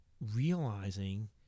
realizing